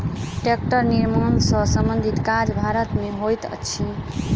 टेक्टरक निर्माण सॅ संबंधित काज भारत मे होइत अछि